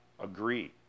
agree